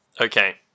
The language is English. Okay